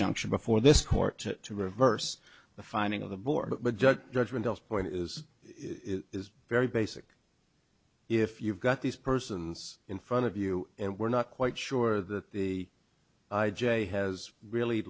junction before this court to reverse the finding of the board but judge judgment calls point is it is very basic if you've got these persons in front of you and we're not quite sure that the j has really